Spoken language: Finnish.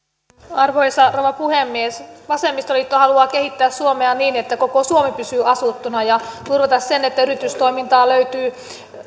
arvoisa rouva puhemies vasemmistoliitto haluaa kehittää suomea niin että koko suomi pysyy asuttuna ja turvata sen että yritystoimintaa löytyy